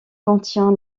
contient